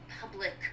public